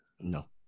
No